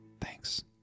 Thanks